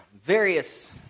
various